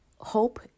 Hope